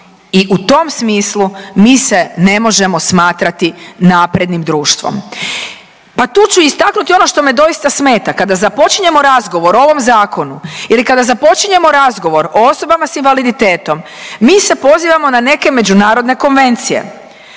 I u tom smislu mi se ne možemo smatrati naprednim društvom. Pa tu ću istaknuti ono što me doista smeta. Kada započinjemo razgovor o ovom zakonu ili kada započinjemo razgovor o osobama s invaliditetom mi se pozivamo na neke međunarodne konvencije